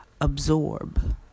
absorb